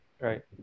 Right